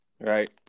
right